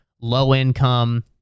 low-income